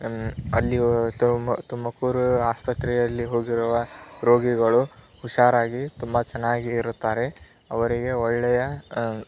ಅಲ್ಲಿ ತುಮ ತುಮಕೂರು ಆಸ್ಪತ್ರೆಯಲ್ಲಿ ಹೋಗಿರುವ ರೋಗಿಗಳು ಹುಷಾರಾಗಿ ತುಂಬ ಚೆನ್ನಾಗಿ ಇರುತ್ತಾರೆ ಅವರಿಗೆ ಒಳ್ಳೆಯ